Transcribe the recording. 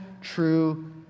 true